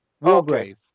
Wargrave